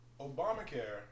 Obamacare